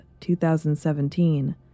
2017